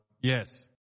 Yes